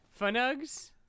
Funugs